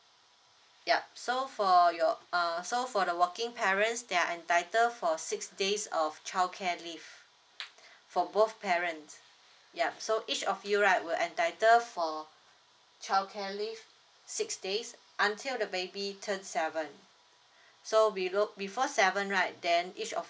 yup so for your err so for the working parents they are entitled for six days of childcare leave for both parents yup so each of you right will entitled for childcare leave six days until the baby turns seven so below before seven right then each of